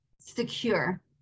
secure